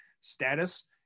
status